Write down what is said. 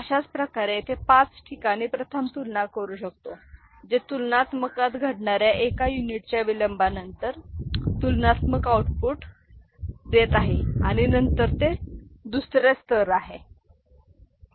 अशाच प्रकारे येथे पाच ठिकाणी प्रथम तुलना करू शकतो जे तुलनात्मकात घडणार्या एका युनिटच्या विलंबानंतर तुलनात्मक आउटपुट देत आहे आणि नंतर ते दुसरे स्तर आहे